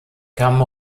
kamen